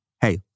hey